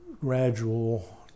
gradual